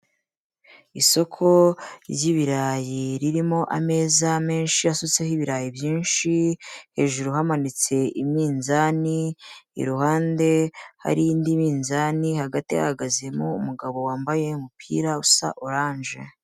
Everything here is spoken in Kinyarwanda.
Isoko ry'ibirayi ririmo ameza menshi asutseho ibirayi byinshi, hejuru hamanitse iminzani, iruhande hari indi minzani, hagati hahagazemo umugabo wambaye umupira usa oranje.